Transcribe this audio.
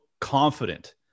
confident